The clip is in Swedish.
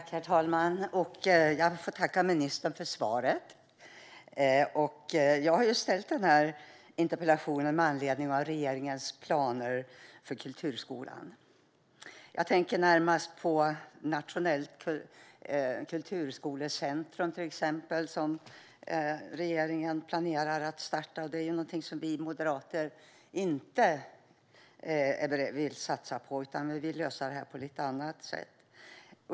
Herr talman! Jag får tacka ministern för svaret. Jag har ju ställt den här interpellationen med anledning av regeringens planer för kulturskolan. Jag tänker närmast på det nationella kulturskolecentrum som regeringen planerar att starta. Det är någonting som vi moderater inte vill satsa på, utan vi vill lösa detta på andra sätt.